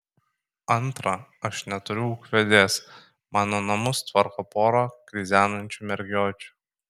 antra aš neturiu ūkvedės mano namus tvarko pora krizenančių mergiočių